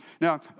Now